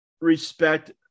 respect